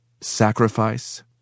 Sacrifice